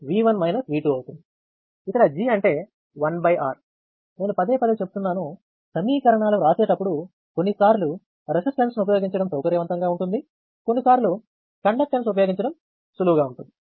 అవుతుంది ఇక్కడ G అంటే 1R నేను పదే పదే చెబుతున్నాము సమీకరణాలు వ్రాసేటప్పుడు కొన్నిసార్లు రెసిస్టెన్స్ ను ఉపయోగించడం సౌకర్యవంతంగా ఉంటుంది కొన్ని సార్లు కండక్టెన్స్ ఉపయోగించడం సులువుగా ఉంటుంది